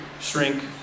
shrink